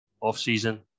off-season